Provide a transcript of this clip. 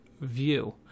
view